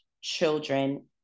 children